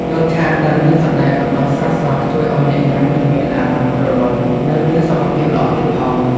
លតឆាដែលមានសណ្តែកបណ្តុះស្រស់ៗជួយឱ្យអ្នកញ៉ាំមិនមានអារម្មណ៍ទ្រលាន់និងមានសុខភាពល្អទៀតផង។